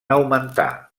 augmentar